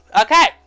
okay